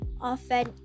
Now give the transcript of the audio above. often